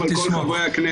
וגם על כל חברי הכנסת.